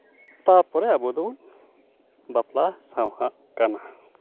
ᱛᱟᱨᱯᱚᱨᱮ ᱟᱵᱚ ᱫᱚᱵᱚᱱ ᱵᱟᱯᱞᱟ ᱥᱟᱣᱦᱟᱜ ᱠᱟᱱᱟ